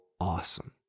awesome